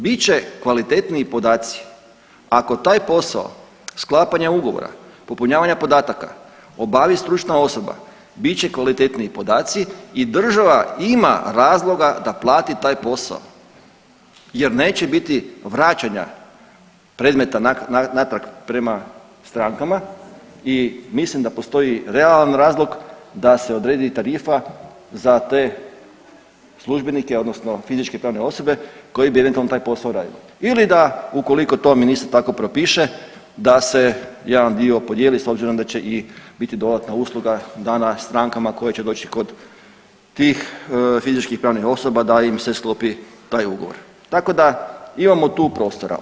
Bit će kvalitetniji podaci ako taj posao sklapanja ugovora, popunjavanja podataka obavi stručna osoba bit će kvalitetniji podaci i država ima razloga da plati taj posao jer neće biti vraćanja predmeta natrag prema strankama i mislim da postoji realan razlog da se odredi tarifa za te službenike odnosno fizičke i pravne osobe koji bi eventualno taj posao radili ili da ukoliko to ministar tako propiše da se jedan dio podijeli s obzirom da će i biti dodatna usluga dana strankama koje će doći kod tih fizičkih i pravnih osoba da im se sklopi taj ugovor, tako da imamo tu prostora.